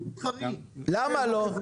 למה לא?